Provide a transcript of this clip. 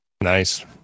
Nice